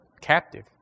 captive